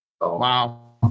Wow